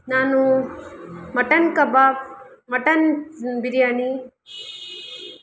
ನಾನು ಮಟನ್ ಕಬಾಬ್ ಮಟನ್ ಬಿರಿಯಾನಿ